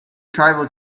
tribal